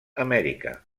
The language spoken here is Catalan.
amèrica